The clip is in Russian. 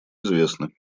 известны